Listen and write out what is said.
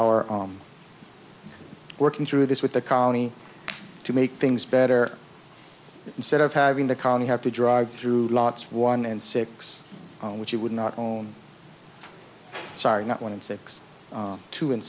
our working through this with the county to make things better instead of having the county have to drive through lots one and six which you would not own sorry not one and six two